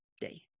day